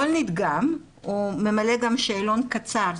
כל נדגם ממלא גם שאלון קצר.